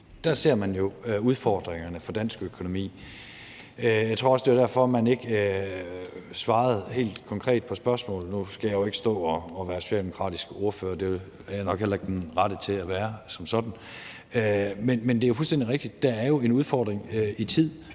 ser udfordringer for dansk økonomi. Jeg tror også, det var derfor, at man ikke svarede helt konkret på spørgsmålet – nu skal jeg jo ikke stå og være socialdemokratisk ordfører, det er jeg som sådan nok heller ikke den rette til at være – men det er fuldstændig rigtigt, at der jo er en udfordring i tid.